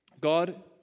God